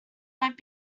might